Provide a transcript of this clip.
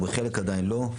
בחלק עדיין לא.